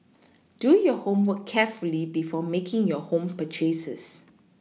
do your homework carefully before making your home purchases